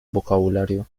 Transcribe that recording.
vocabulario